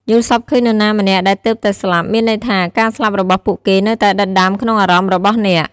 យល់សប្តិឃើញនណាម្នាក់ដែលទើបតែស្លាប់ មានន័យថាការស្លាប់របស់ពួកគេ នៅតែដិតដាមក្នុងអារម្មណ៍របស់អ្នក។